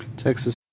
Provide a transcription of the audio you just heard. Texas